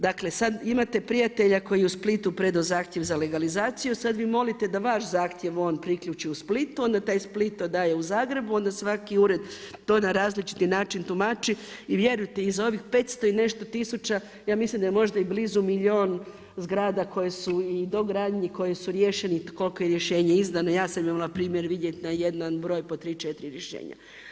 Dakle sada imate prijatelja koji je u Splitu predao zahtjev za legalizaciju, sada vi molite da vaš zahtjev on priključi u Splitu onda taj Split to daje u Zagreb onda svaki ured to na različiti način tumači i vjerujte iz ovih 500 i nešto tisuća ja mislim da je možda i blizu milijun zgrada koje su i dogradnji koji su riješeni i koliko je rješenja izdano ja sam imala primjer vidjeti na jedan broj po 3, 4 rješenja.